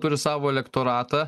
turi savo elektoratą